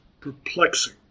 perplexing